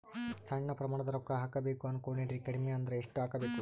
ಸಣ್ಣ ಪ್ರಮಾಣದ ರೊಕ್ಕ ಹಾಕಬೇಕು ಅನಕೊಂಡಿನ್ರಿ ಕಡಿಮಿ ಅಂದ್ರ ಎಷ್ಟ ಹಾಕಬೇಕು?